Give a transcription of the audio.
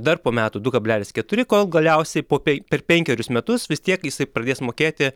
dar po metų du kablelis keturi kol galiausiai po pe per penkerius metus vis tiek jisai pradės mokėti